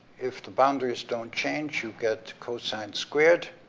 if the boundaries don't change, you get cosine squared,